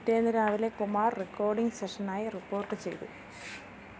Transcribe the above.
പിറ്റേന്ന് രാവിലെ കുമാർ റെക്കോർഡിംഗ് സെഷനായി റിപ്പോർട്ട് ചെയ്തു